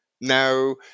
Now